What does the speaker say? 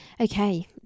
okay